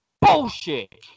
bullshit